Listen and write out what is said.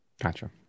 Gotcha